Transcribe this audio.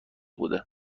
بوده